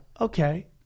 Okay